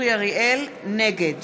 נגד